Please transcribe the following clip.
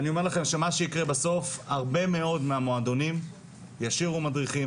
ואני אומר לכם שמה שיקרה בסוף הרבה מאוד מהמועדונים ישאירו מדריכים,